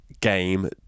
game